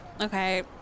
okay